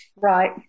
Right